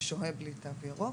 ששוהה בלי תו ירוק.